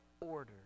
order